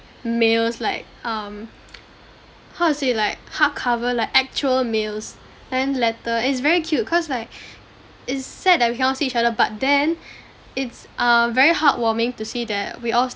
mails like um how to say like hard cover like actual mails and letter and it is very cute cause like it's sad that we cannot see each other but then it's err very heartwarming to see that we all